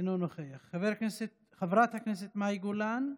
אינו נוכח, חברת הכנסת מאי גולן,